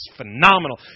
phenomenal